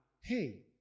Hey